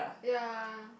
ya